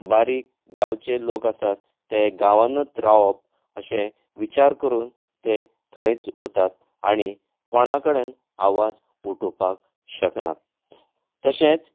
बारीक गांवचें लोक आसात गांवानूत रावप अशें विचार करून तें थंयच उरतात आनी कोणा कडेन आवाज उठोवपाक शकनात तशेंच